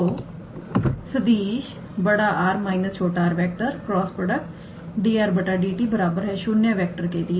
तोसदिश 𝑅⃗ − 𝑟⃗ × 𝑑𝑟⃗ 𝑑𝑡0 के लिए